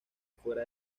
afuera